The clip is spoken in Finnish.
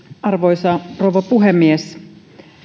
arvoisa rouva puhemies